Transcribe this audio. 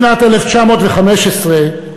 בשנת 1915,